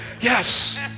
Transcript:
yes